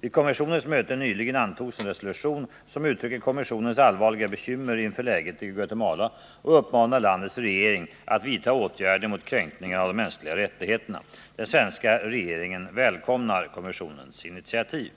Vid kommissionens möte nyligen antogs en resolution som uttrycker kommissionens allvarliga bekymmer inför läget i Guatemala och uppmanar landets regering att vidta åtgärder mot kränkningarna av de mänskliga rättigheterna. Den svenska regeringen välkomnar kommissionens initiativ.